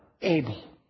Abel